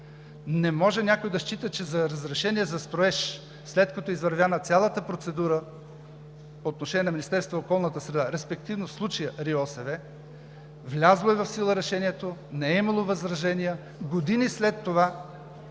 Не може някой да счита, че за разрешение за строеж, след като е извървяна цялата процедура по отношение на Министерството на околната среда и водите, респективно в случая РИОСВ, влязло е в сила Решението, не е имало възражения, години след това някой